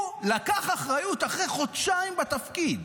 הוא לקח אחריות אחרי חודשיים בתפקיד.